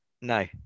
No